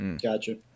Gotcha